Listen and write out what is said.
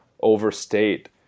overstate